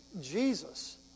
Jesus